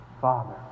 Father